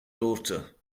daughter